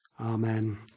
Amen